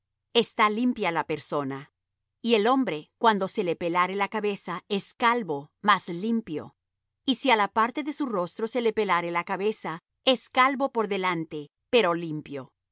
está limpia la persona y el hombre cuando se le pelare la cabeza es calvo mas limpio y si á la parte de su rostro se le pelare la cabeza es calvo por delante pero limpio